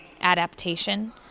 adaptation